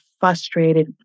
Frustrated